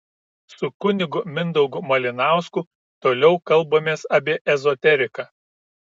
su kunigu mindaugu malinausku toliau kalbamės apie ezoteriką